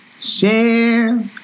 Share